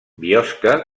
biosca